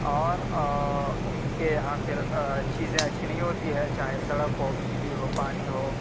اور اُن کے یہاں پھر چیزیں اچھی نہیں ہوتی ہے چاہے سڑک ہو بجلی ہو پانی ہو